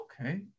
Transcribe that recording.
okay